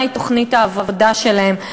מהי תוכנית העבודה שלהם.